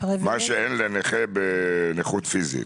מה שאין לנכה בנכות פיזית.